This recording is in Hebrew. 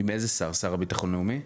עם איזה שר, השר לביטחון לאומי?